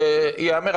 ייאמר,